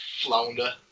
flounder